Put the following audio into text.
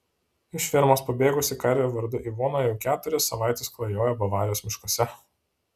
iš fermos pabėgusi karvė vardu ivona jau keturias savaites klajoja bavarijos miškuose